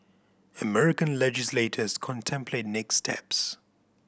American legislators contemplate next steps